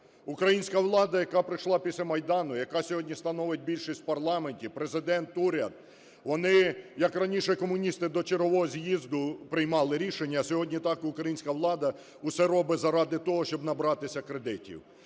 Українська влада, яка прийшла після Майдану, яка сьогодні становить більшість у парламенті. Президент, уряд, вони, як раніше комуністи до чергового з'їзду приймали рішення, а сьогодні так українська влада все робить заради того, щоб набратися кредитів.